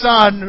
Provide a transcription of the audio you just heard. Son